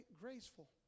graceful